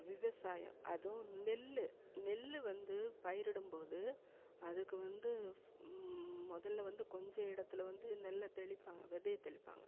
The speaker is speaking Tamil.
விவசாயம் அதுவும் நெல் நெல் வந்து பயிரிடும்போது அதுக்கு வந்து முதல்ல வந்து கொஞ்சம் இடத்தில் வந்து நெல்லை தெளிப்பாங்க விதைய தெளிப்பாங்க